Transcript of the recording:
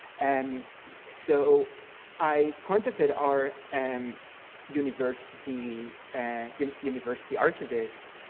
and so i contacted our and university and you know university archivist,